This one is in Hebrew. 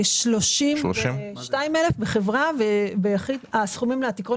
32 אלף ביחיד ו-40 אלף